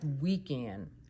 weekend